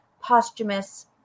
posthumous